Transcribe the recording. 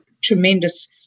tremendous